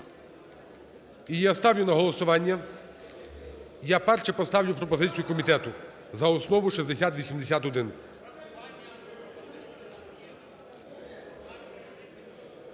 І я ставлю на голосування… я першим поставлю пропозицію комітету: за основу 6081.